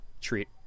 treat